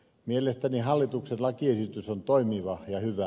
mielestäni hallituksen lakiesitys on toimiva ja hyvä